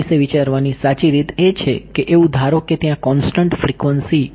તેના વિશે વિચારવાની સાચી રીત એ છે કે એવું ધારો કે ત્યાં કોંસ્ટંટ ફ્રિક્વન્સી છે